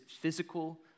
physical